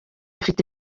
afite